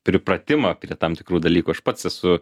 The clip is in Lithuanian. pripratimą prie tam tikrų dalykų aš pats esu